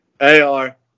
AR